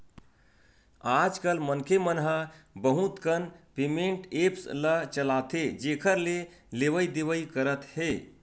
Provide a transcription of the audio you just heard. आजकल मनखे मन ह बहुत कन पेमेंट ऐप्स ल चलाथे जेखर ले लेवइ देवइ करत हे